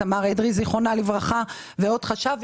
תמר אדרי ז"ל ועוד חשב.